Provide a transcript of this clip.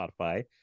spotify